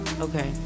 Okay